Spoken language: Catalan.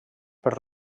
per